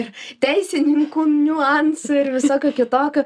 ir teisininkų niuansų ir visokių kitokių